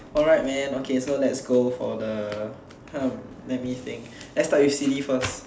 alright man okay so let's go for the let me think let's start with silly first